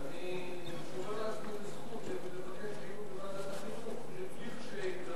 שומר לעצמי את הזכות לבקש דיון בוועדת החינוך כשיידרש.